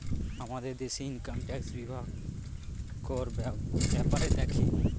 আমাদের দেশে income tax বিভাগ কর ব্যাপারে দেখে